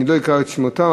אני לא אקרא בשמותיהם,